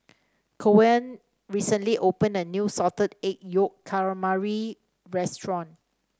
Coen recently opened a new Salted Egg Yolk Calamari restaurant